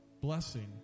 Blessing